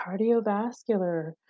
cardiovascular